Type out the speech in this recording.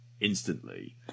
instantly